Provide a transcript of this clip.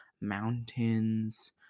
mountains